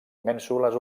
mènsules